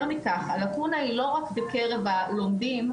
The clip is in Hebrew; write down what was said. מכך הלקונה היא לא רק בקרב הלומדים,